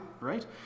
right